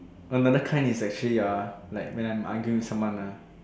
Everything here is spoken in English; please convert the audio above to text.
another kind is actually ya like when I'm arguing with someone lah